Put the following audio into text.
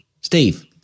Steve